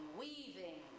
weaving